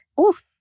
oof